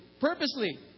purposely